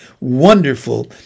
wonderful